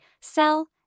sell